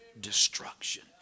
destruction